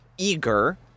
eager